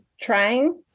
trying